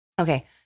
Okay